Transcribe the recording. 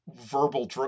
verbal